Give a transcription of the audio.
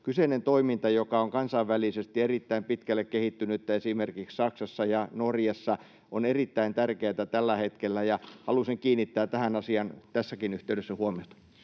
Kyseinen toiminta, joka on kansainvälisesti erittäin pitkälle kehittynyttä esimerkiksi Saksassa ja Norjassa, on erittäin tärkeätä tällä hetkellä, ja halusin kiinnittää tähän asiaan tässäkin yhteydessä huomiota.